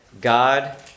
God